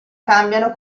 cambiano